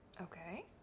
Okay